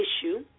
issue